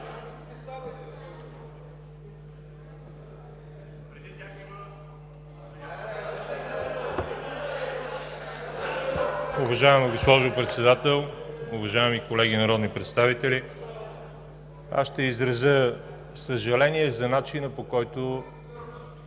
Уважаема госпожо Председател, уважаеми колеги народни представители! Аз ще изразя съжаление за начина, по който